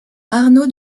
arnauld